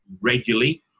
regularly